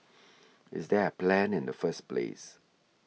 is there a plan in the first place